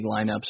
lineups